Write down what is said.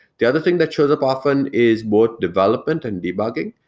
the other thing that shows up often is both development and debugging.